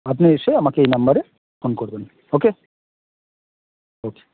আপনি এসে আমাকে এই নাম্বারে ফোন করবেন ওকে ওকে